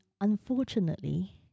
unfortunately